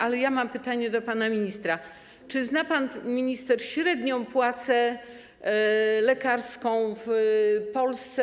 Ale ja mam pytanie do pana ministra: Czy zna pan minister średnią płacę lekarską w Polsce?